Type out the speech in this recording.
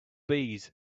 bees